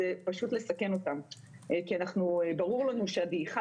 זה פשוט לסכן אותם כי ברור לנו שהדעיכה